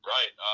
Right